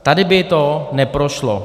Tady by to neprošlo.